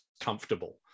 comfortable